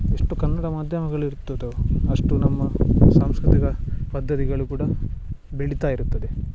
ಎಷ್ಟು ಕನ್ನಡ ಮಾಧ್ಯಮಗಳಿರ್ತದೋ ಅಷ್ಟು ನಮ್ಮ ಸಾಂಸ್ಕೃತಿಕ ಪದ್ಧತಿಗಳು ಕೂಡ ಬೆಳೀತ ಇರುತ್ತದೆ